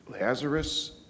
Lazarus